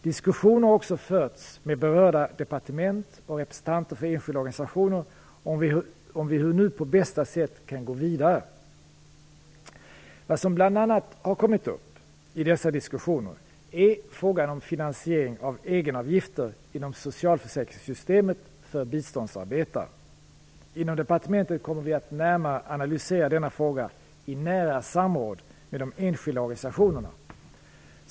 Diskussioner har också förts med berörda departement och representanter för enskilda organisationer om hur vi nu på bästa sätt kan gå vidare. Vad som bl.a. har kommit upp i dessa diskussioner är frågan om finansiering av egenavgifter inom socialförsäkringssystemet för biståndsarbetare. Inom departementet kommer vi att närmare analysera denna fråga i nära samråd med de enskilda organisationerna.